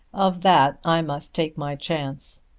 of that i must take my chance.